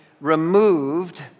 removed